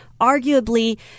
arguably